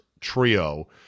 trio